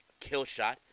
Killshot